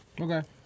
Okay